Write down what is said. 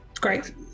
Great